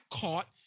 caught